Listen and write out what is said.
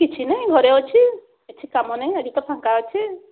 କିଛି ନାଇଁ ଘରେ ଅଛି କିଛି କାମ ନାଇଁ ଆଜି ତ ଫାଙ୍କା ଅଛି